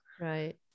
Right